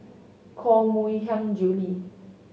Koh Mui Hiang Julie